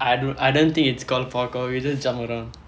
I do~ I don't think it's called parkour we just jump around